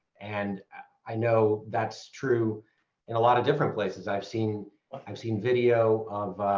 and i know that's true in a lot of different places. i've seen i've seen video of